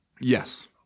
Yes